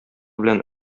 белән